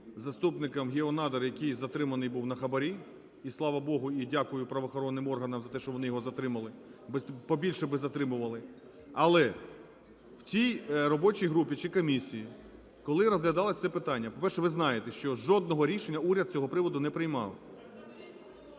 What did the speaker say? заступником "Геонадр", який затриманий був на хабарі, і слава Богу, і дякую правоохоронним органам за те, що вони його затримали, побільше б затримували. Але в тій робочій групі, чи комісії, коли розглядалось це питання, по-перше ви знаєте, що жодного рішення уряд з цього приводу не приймав.